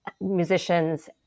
musicians